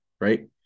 right